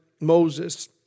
Moses